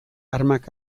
armak